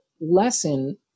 lesson